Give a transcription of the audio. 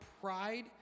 pride